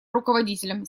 руководителем